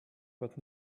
but